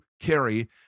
carry